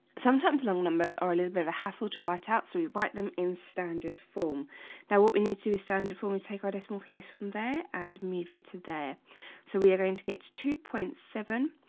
sometimes long numbers are a little bit of a hassle to write out so we write them in standard form now what we need to send a form and take our decimal place from there and move it to there so we are going to get to two point seven?